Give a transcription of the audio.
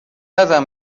ازم